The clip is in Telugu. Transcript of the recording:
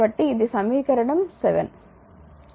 కాబట్టి ఇది సమీకరణం 7